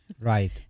Right